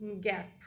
gap